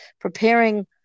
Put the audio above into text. preparing